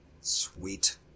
Sweet